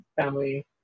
family